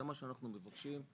זה מה שאנחנו מבקשים,